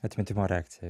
atmetimo reakcija